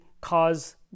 cause